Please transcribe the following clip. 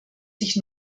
sich